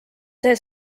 see